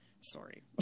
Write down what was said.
sorry